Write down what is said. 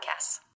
podcasts